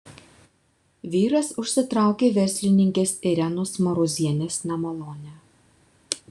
vyras užsitraukė verslininkės irenos marozienės nemalonę